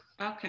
Okay